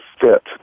fit